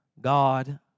God